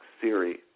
Siri